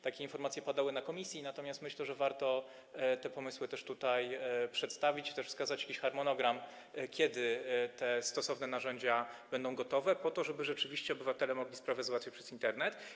Takie informacje padały na posiedzeniu komisji, natomiast myślę, że warto te pomysły też tutaj przedstawić, wskazać jakiś harmonogram, kiedy te stosowne narzędzia będą gotowe, po to żeby rzeczywiście obywatele mogli załatwiać sprawy przez Internet.